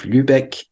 Lübeck